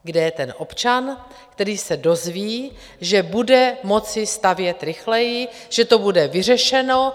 Kde je ten občan, který se dozví, že bude moci stavět rychleji, že to bude vyřešeno?